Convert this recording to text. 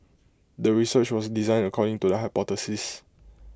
the research was designed according to the hypothesis